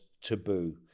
taboo